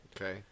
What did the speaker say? Okay